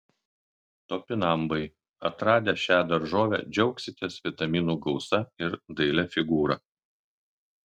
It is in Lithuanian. topinambai atradę šią daržovę džiaugsitės vitaminų gausa ir dailia figūra